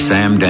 Sam